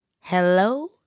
Hello